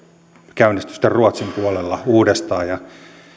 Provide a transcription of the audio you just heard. käynnistyy sitten ruotsin puolella uudestaan ja